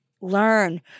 learn